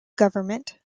government